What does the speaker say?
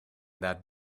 that